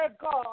God